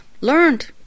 learned